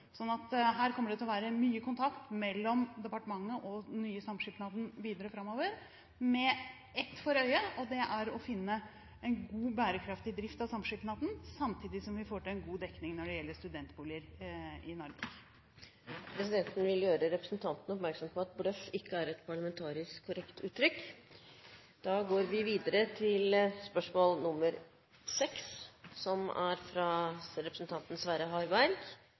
Her kommer det til å være mye kontakt mellom departementet og den nye samskipnaden videre framover, med ett for øye: å finne en god, bærekraftig drift av samskipnaden, samtidig som vi får til en god dekning når det gjelder studentboliger i Narvik. Presidenten vil gjøre representanten oppmerksom på at «bløff» ikke er et parlamentarisk korrekt uttrykk. Jeg stiller følgende spørsmål til